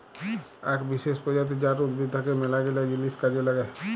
আক বিসেস প্রজাতি জাট উদ্ভিদ থাক্যে মেলাগিলা জিনিস কাজে লাগে